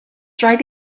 rhaid